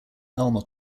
elmer